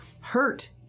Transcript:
hurt